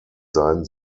sein